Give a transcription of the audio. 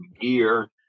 gear